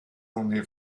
only